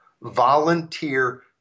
volunteer